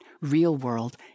real-world